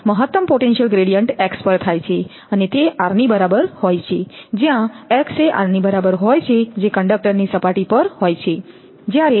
હવે મહત્તમ potential gradient x પર થાય છે અને તે r ની બરાબર હોય છે જ્યાં x એ r ની બરાબર હોય છે જે કંડક્ટરની સપાટી પર હોય છે